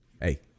Hey